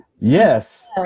Yes